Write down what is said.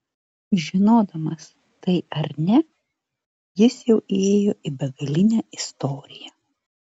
žinodamas tai ar ne jis jau įėjo į begalinę istoriją